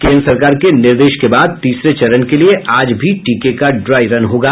केन्द्र सरकार के निर्देश के बाद तीसरे चरण के लिए आज भी टीके का ड्राई रन होगा